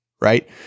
right